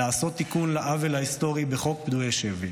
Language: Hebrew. לעשות תיקון לעוול ההיסטורי בחוק פדויי שבי.